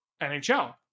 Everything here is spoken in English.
NHL